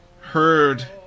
heard